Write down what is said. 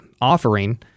offering